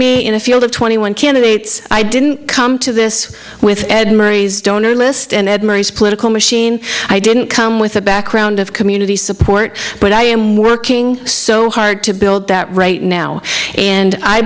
me in a field of twenty one candidates i didn't come to this with ed marie's donor list and ed mary's political machine i didn't come with a background of community support but i am working so hard to build that right now and i